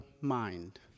mind